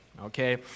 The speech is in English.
okay